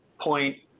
point